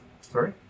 Sorry